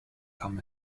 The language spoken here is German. kam